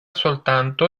soltanto